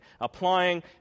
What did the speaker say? applying